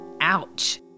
Ouch